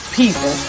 people